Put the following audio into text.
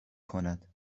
کند